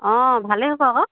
অঁ ভালেই হ'ব আকৌ